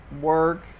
work